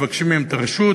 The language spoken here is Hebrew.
מבקשים מהם את הרשות,